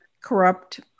corrupt